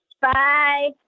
Bye